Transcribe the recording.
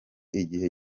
igihe